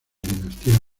dinastía